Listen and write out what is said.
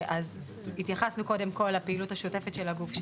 אז התייחסנו קודם כל לפעילות השוטפת של הגוף,